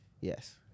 Yes